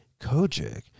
Kojic